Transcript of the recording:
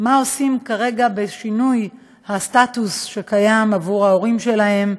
מה עושים כרגע בשינוי הסטטוס שקיים עבור ההורים שלהם.